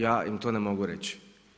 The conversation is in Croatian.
Ja im to ne mogu reći.